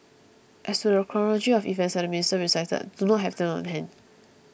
as to the chronology of events that the minister recited I do not have them on hand